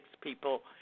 people